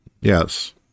Yes